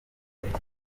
ufite